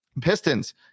Pistons